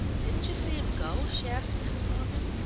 didn't you see him go? she asked mrs. morgan.